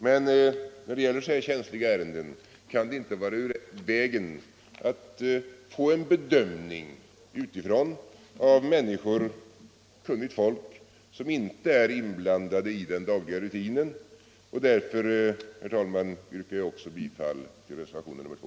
Men när det gäller så känsliga ärenden som dessa kan det inte vara ur vägen att få en bedömning av kunniga personer, som inte är inblandade i den dagliga rutinen. Därför, herr talman, yrkar jag också bifall till reservationen 2.